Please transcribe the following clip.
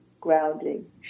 grounding